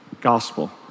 gospel